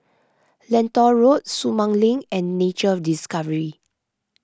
Lentor Road Sumang Link and Nature Discovery